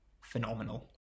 Phenomenal